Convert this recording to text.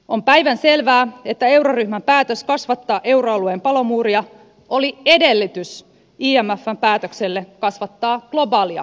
on päivänselvää että euroryhmän päätös kasvattaa euroalueen palomuuria oli edellytys imfn päätökselle kasvattaa globaalia palomuuria